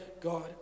God